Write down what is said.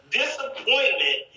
disappointment